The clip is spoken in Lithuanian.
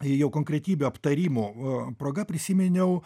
jau konkretybių aptarimų proga prisiminiau